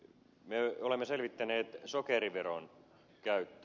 me olemme selvittäneet sokeriveron käyttöä